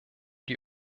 die